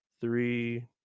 three